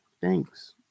Thanks